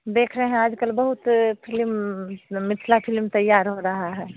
देख रहे हैं आज कल बहुत फिलिम म मिथिला फिलिम तैयार हो रहा है